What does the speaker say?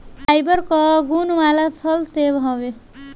fibre कअ गुण वाला फल सेव हवे